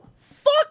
Fuck